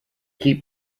keep